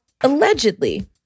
allegedly